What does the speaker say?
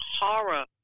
horror